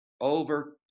over